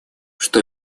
что